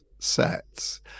sets